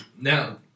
now